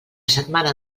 setmana